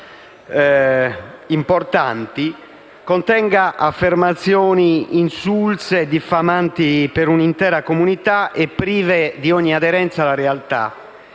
Grazie